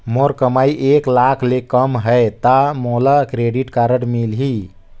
मोर कमाई एक लाख ले कम है ता मोला क्रेडिट कारड मिल ही?